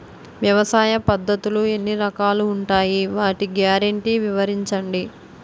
వ్యవసాయ పద్ధతులు ఎన్ని రకాలు ఉంటాయి? వాటి గ్యారంటీ వివరించండి?